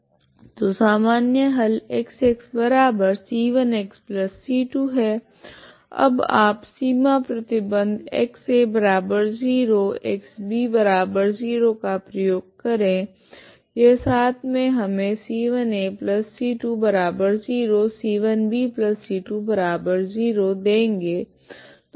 तो सामान्य हल X c1xc2 है अब आप सीमा प्रतिबंध X 0 X 0 का प्रयोग करे यह साथ मे हमे c1 ac20 c1 bc20 देगे